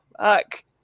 fuck